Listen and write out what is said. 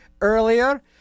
earlier